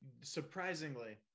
Surprisingly